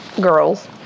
girls